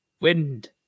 wind